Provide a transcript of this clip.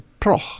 Proch